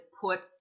put